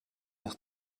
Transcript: nach